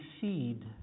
seed